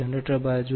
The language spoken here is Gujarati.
252 0